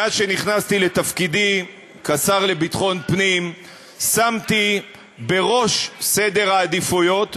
מאז נכנסתי לתפקידי כשר לביטחון פנים שמתי בראש סדר העדיפויות,